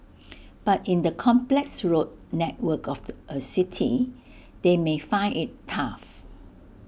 but in the complex road network of the A city they may find IT tough